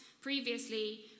previously